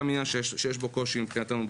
גם בעניין הזה פה יש קושי בחוק מבחינתנו.